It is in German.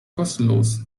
kostenlos